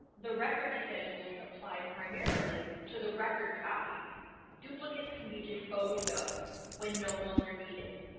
the record schedules apply primarily to the record copy duplicates can be disposed of when no longer needed